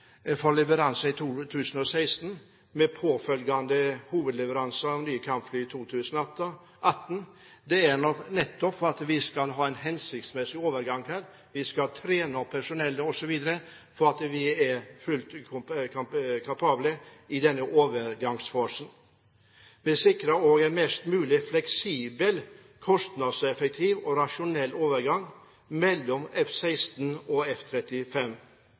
for leveranse i 2016 med påfølgende hovedleveranse av nye kampfly i 2018 er nettopp for at vi skal ha en hensiktsmessig overgang. Vi skal trene opp personellet osv., slik at vi er fullt kapable i denne overgangsfasen. Det er med på å sikre en mest mulig fleksibel, kostnadseffektiv og rasjonell overgang mellom F-16 og